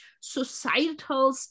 societal